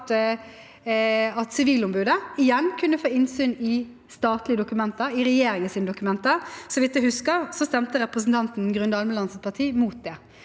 at Sivilombudet igjen kunne få innsyn i statlige dokumenter, i regjeringens dokumenter. Så vidt jeg husker, stemte representanten Grunde Almelands parti imot det.